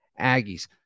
Aggies